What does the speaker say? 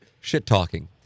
shit-talking